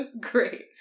Great